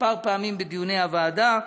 כמה פעמים בדיוני הוועדה,